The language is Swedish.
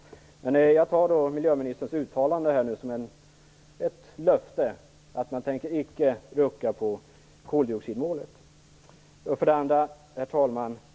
Jag tar miljöministerns uttalande som ett löfte om att man icke tänker rucka på koldioxidmålet. Herr talman!